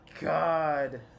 God